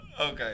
Okay